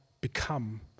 become